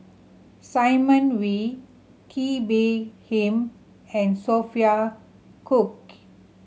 Simon Wee Kee Bee Khim and Sophia Cooke